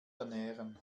ernähren